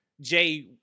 Jay